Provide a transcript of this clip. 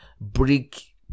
break